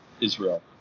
Israel